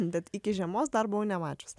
bet iki žiemos dar buvau nemačius